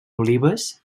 olives